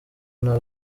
nta